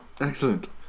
Excellent